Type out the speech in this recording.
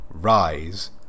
Rise